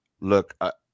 look